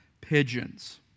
pigeons